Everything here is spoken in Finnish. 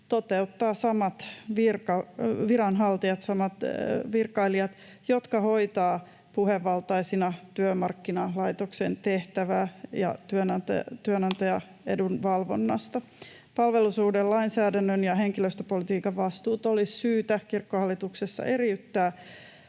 toteuttavat samat viranhaltijat ja samat virkailijat, jotka hoitavat puhevaltaisina työmarkkinalaitoksen tehtävää ja työnantajaedunvalvontaa. Palvelussuhdelainsäädännön ja henkilöstöpolitiikan vastuut olisi syytä Kirkkohallituksessa eriyttää